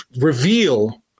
reveal